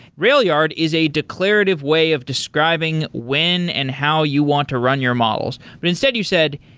railyard is a declarative way of describing when and how you want to run your models. but instead you said,